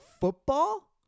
football